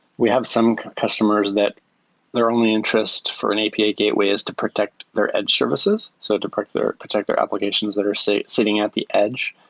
we have some customers that their only interest for an api gateway is to protect their edge services, so to protect their protect their applications that are sitting at the edge.